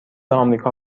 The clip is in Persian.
آمریکا